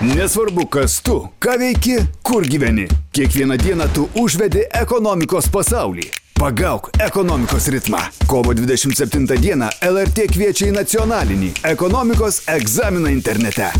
nesvarbu kas tu ką veiki kur gyveni kiekvieną dieną tu užvedi ekonomikos pasaulį pagauk ekonomikos ritmą kovo dvidešimt septintą dieną lrt kviečia į nacionalinį ekonomikos egzaminą internete